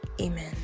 amen